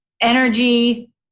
energy